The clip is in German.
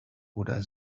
oder